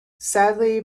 sadly